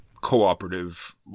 cooperative